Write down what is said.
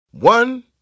One